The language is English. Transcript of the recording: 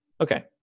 Okay